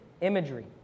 imagery